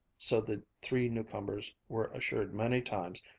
so the three new-comers were assured many times,